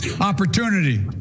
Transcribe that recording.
Opportunity